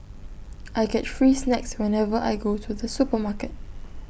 I get free snacks whenever I go to the supermarket